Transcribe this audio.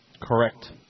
Correct